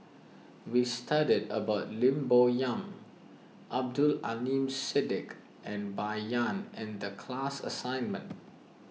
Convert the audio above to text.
we studied about Lim Bo Yam Abdul Aleem Siddique and Bai Yan in the class assignment